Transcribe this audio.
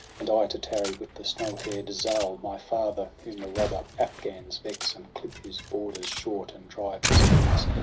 and i to tarry with the snow-hair'd zal, my father, whom the robber afghans vex, and clip his borders short, and drive his herds,